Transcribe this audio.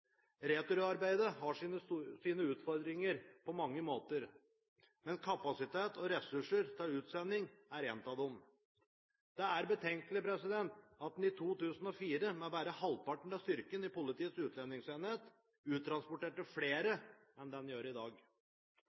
Returarbeidet har sine utfordringer på mange måter, og kapasitet og ressurser til utsending er en av dem. Det er betenkelig at man i 2004, med bare halvparten av styrken i Politiets utlendingsenhet, uttransporterte flere enn man gjør i dag.